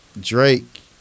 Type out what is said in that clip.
Drake